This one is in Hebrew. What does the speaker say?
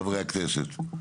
חברי הכנסת,